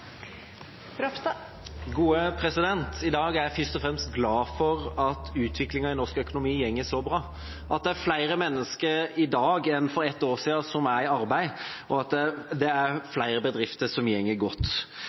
jeg først og fremst glad for at utviklingen i norsk økonomi er så bra, at det er flere mennesker i dag enn for ett år siden som er i arbeid, og at det er flere bedrifter som går godt.